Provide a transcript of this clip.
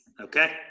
Okay